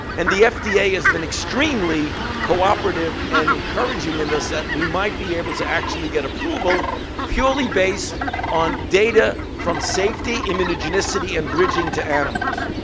and the fda has been extremely cooperative and encouraging in this that we might be able to actually get approval purely based on data from safety immunogenicity and bridging to animals.